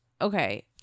okay